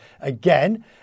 again